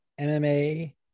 MMA